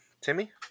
Timmy